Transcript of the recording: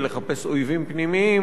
ולחפש אויבים פנימיים.